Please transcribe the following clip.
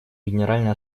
генеральная